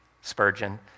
Spurgeon